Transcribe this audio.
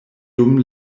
dum